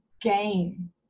game